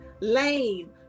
lame